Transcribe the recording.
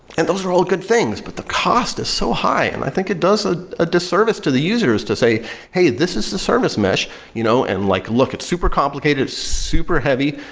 and those are all good things. but the cost is so high. and i think it does ah a disservice to the users to say hey, this is a service mesh you know and like look, it's super complicated, super heavy,